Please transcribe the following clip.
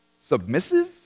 submissive